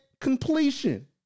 completion